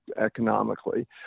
economically